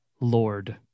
Lord